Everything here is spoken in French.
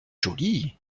jolie